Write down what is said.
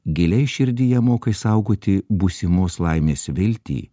giliai širdyje moka išsaugoti būsimos laimės viltį